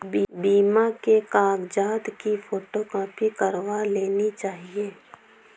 बीमा के कागजात की फोटोकॉपी करवा लेनी चाहिए